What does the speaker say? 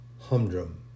humdrum